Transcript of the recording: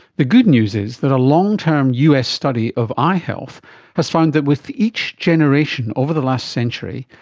the good news is that a long-term us study of eye health has found that with each generation over the last century,